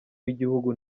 w’igihugu